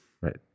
Right